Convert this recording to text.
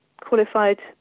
qualified